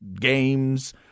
games